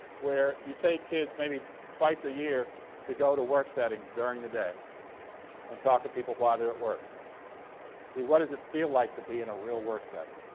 where you take kids maybe twice a year to go to work settings during the day and talk to people while they're at work see what does it feel like to be in a real work setting.